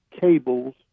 cables